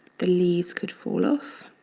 the leaves could fall off.